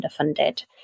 underfunded